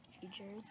features